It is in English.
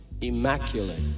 immaculate